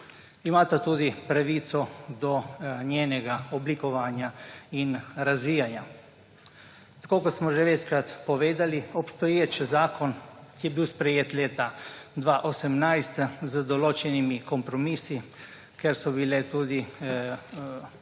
Imata tudi pravico do njegovega oblikovanja in razvijanja. Tako kot smo že večkrat povedali, obstoječi zakon, ki je bil sprejet leta 2018 z določenimi kompromisi, ker so bile tudi